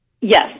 Yes